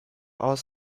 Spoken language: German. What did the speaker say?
aus